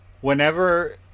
whenever